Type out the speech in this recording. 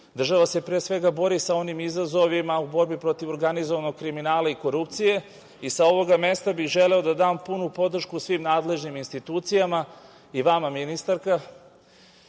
Država se pre svega bori sa onim izazovima u borbi protiv organizovanog kriminala i korupcije, i sa ovog mesta bi želeo da dam punu podršku svim nadležnim institucijama i vama ministarka,